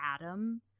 Adam